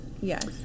Yes